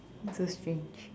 so strange